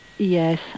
Yes